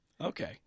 Okay